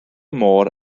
môr